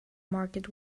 market